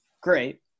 great